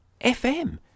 FM